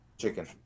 Chicken